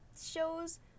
shows